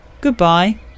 Goodbye